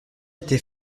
était